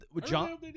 John